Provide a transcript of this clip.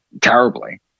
terribly